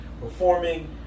performing